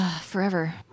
Forever